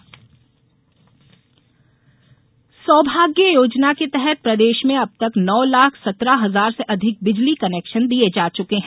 बिजली कनेक्शन सौभाग्य योजना के तहत प्रदेश में अब तक नौ लाख सत्रह हजार से अधिक बिजली कनेक्शन दिये जा चुके हैं